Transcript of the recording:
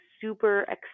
super